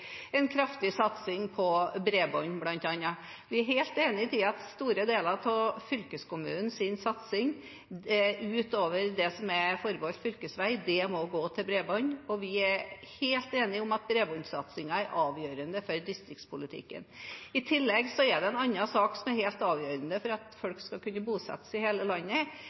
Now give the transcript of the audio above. satsing på bl.a. bredbånd. Vi er helt enig i at store deler av fylkeskommunens satsing ut over det som er forbeholdt fylkesvei, må gå til bredbånd, og vi er helt enig i at bredbåndsatsingen er avgjørende for distriktspolitikken. I tillegg er det en annen sak som er helt avgjørende for at folk skal kunne bosette seg i hele landet,